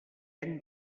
any